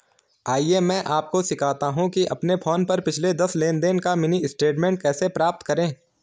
आइए मैं आपको सिखाता हूं कि अपने फोन पर पिछले दस लेनदेन का मिनी स्टेटमेंट कैसे प्राप्त करें